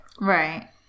Right